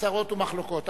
צרות ומחלוקות.